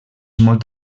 molt